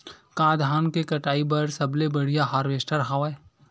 का धान के कटाई बर सबले बढ़िया हारवेस्टर हवय?